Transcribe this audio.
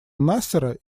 насера